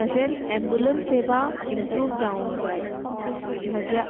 तशेंच एम्बुलंस सेवा इमप्रूव जावंक जाय म्हज्या